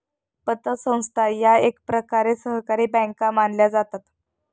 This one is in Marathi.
पतसंस्था या एकप्रकारे सहकारी बँका मानल्या जातात